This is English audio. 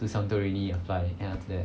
to santorini but then after that